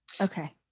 Okay